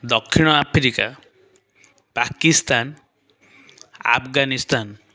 ଦକ୍ଷିଣ ଆଫ୍ରିକା ପାକିସ୍ତାନ ଆଫଗାନିସ୍ତାନ